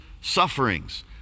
sufferings